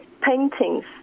paintings